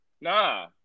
Nah